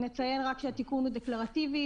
נציין רק שהתיקון הוא דקלרטיבי,